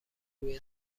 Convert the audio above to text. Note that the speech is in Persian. روی